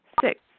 Six